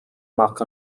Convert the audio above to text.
mac